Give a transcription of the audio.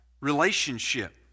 relationship